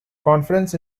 conference